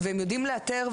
הם יודעים לאתר,